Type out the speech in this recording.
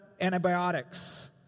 antibiotics